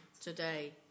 today